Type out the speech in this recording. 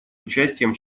участием